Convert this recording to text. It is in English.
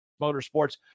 Motorsports